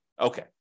Okay